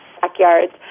backyards